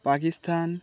Pakistan